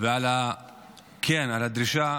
ועל הדרישה